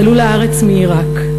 עלו לארץ מעיראק.